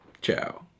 Ciao